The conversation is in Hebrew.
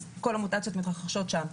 כל המוטציות מתרחשות שם.